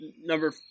number